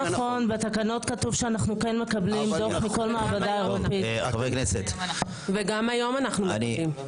בתקנות כתוב שאנו כן מקבלים דוח מכל מעבדה אירופית וגם היום אנו מקבלים.